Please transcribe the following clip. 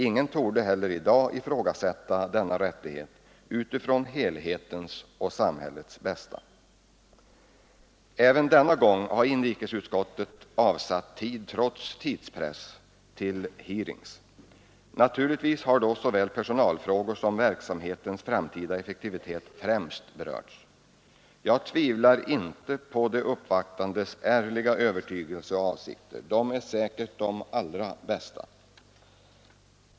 Ingen torde väl heller i dag ifrågasätta denna rättighet utifrån helhetens och samhällets bästa. Även denna gång har inrikesutskottet trots tidspress avsatt tid till hearings. Naturligtvis har då såväl personalfrågor som verksamhetens framtida effektivitet främst berörts. Jag tvivlar inte på de uppvaktandes ärliga övertygelse och avsikter. De är säkert de allra bästa.